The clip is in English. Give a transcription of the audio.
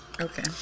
Okay